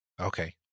Okay